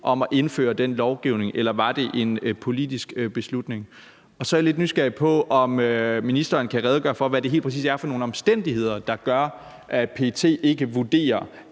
om at indføre den lovgivning, eller var det en politisk beslutning? Så er jeg lidt nysgerrig efter at høre, om ministeren kan redegøre for, hvad det helt præcis er for nogle omstændigheder, der gør, at PET ikke vurderer,